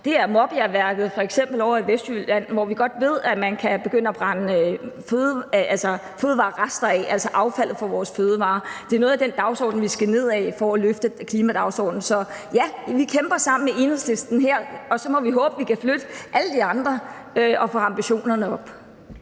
på Måbjergværket ovre i Vestjylland, hvor vi godt ved at man kan begynde at brænde fødevarerester af, altså affaldet fra vores fødevarer. Det er noget af den vej, vi skal ned ad for at løfte klimadagsordenen. Så ja, vi kæmper sammen med Enhedslisten her, og så må vi håbe, at vi kan flytte alle de andre og få ambitionerne op.